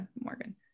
Morgan